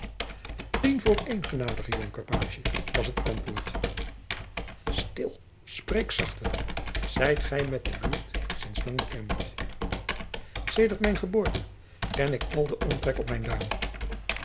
tien voor een genadige jonker pagie was het antwoord stil spreek zachter zijt gij met de buurt sints lang bekend sedert mijn geboorte ken ik al den omtrek op mijn duim